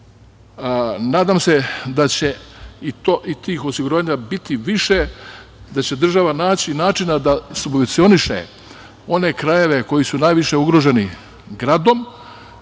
Nadam se da će i tih osiguranja biti više, da će država naći načina da subvencioniše one krajeve koji su najviše ugroženi gradom